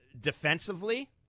Defensively